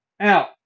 out